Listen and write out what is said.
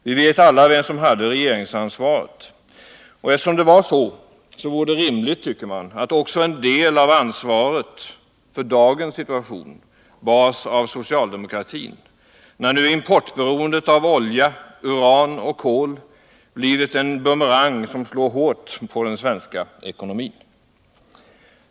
Vi vet alla vem som hade regeringsansvaret. Eftersom det var så, vore det rimligt — tycker man — att också en del av ansvaret för dagens situation bars av socialdemokratin, när nu importberoendet av olja, uran och kol blivit en bumerang som slår hårt på den svenska ekonomin.